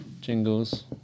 Jingles